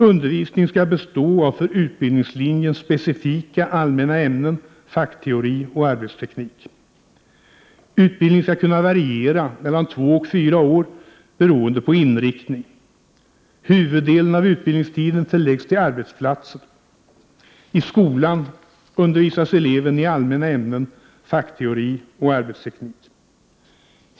Undervisningen skall bestå av för utbildningslinjen specifika allmänna ämnen, fackteori och arbetsteknik. Utbildningen skall kunna variera mellan två och fyra år beroende på inriktning. Huvuddelen av utbildningstiden förläggs till arbetsplatsen. I skolan undervisas eleven i allmänna ämnen, fackteori och arbetsteknik.